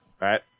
Right